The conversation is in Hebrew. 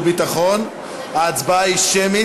ביטחון (תיקון מס' 21). ההצבעה היא שמית,